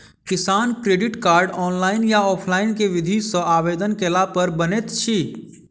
किसान credit card, online या offline केँ विधि सँ आवेदन कैला पर बनैत अछि?